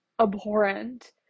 abhorrent